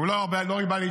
הוא לא הרבה להתראיין,